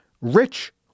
rich